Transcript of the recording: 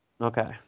Okay